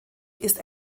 ist